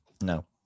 No